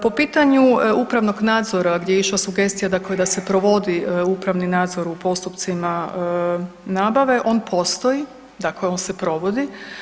Po pitanju upravnog nadzora gdje je išla sugestija da se provodi upravni nadzor u postupcima nabave, on postoji, dakle on se provodi.